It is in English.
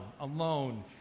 Alone